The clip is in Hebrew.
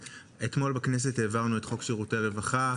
אתמול העברנו בכנסת את חוק שירותי רווחה.